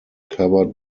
covered